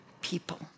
people